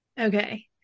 Okay